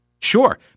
Sure